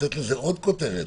לתת לזה עוד כותרת,